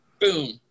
boom